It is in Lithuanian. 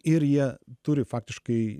ir jie turi faktiškai